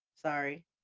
Sorry